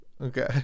Okay